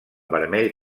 vermell